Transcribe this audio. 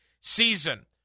season